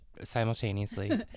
simultaneously